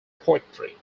poetry